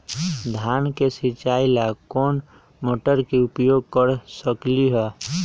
धान के सिचाई ला कोंन मोटर के उपयोग कर सकली ह?